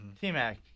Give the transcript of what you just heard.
T-Mac